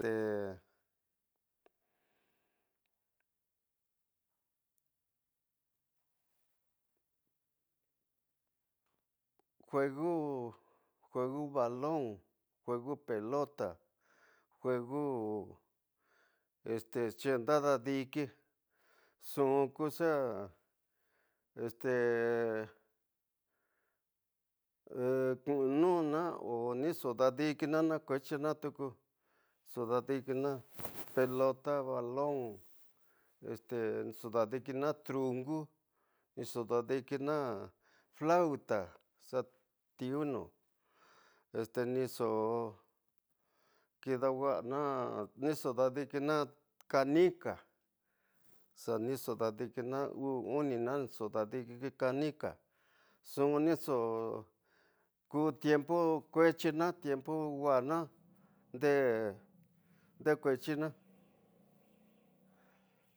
Te juega balon, juega pelota, juego, este chi nda da’di’kina nxu ku xa este, ku nu a onixo dad’di’kina na kuet’yi tuku nixu da’dikina- ruida. Pelota balon, este nixo dad’kina kungu, nixu da’dikina /k/ata xa tiuni este nixo kida wasana, nixu dad’kina kanika, xa nixu dad’kina vu, uni, nixu dad’kina kanika, nxu nixo ku tiempo kuetyi na, tiempo wa'ana nde kuetyina